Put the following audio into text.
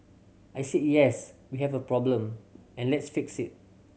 I said yes we have a problem and let's fix it